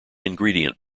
ingredient